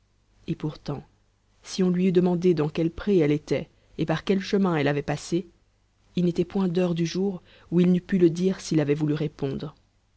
et pourtant si on lui eût demandé dans quel pré elle était et par quel chemin elle avait passé il n'était point d'heure du jour où il n'eût pu le dire s'il avait voulu répondre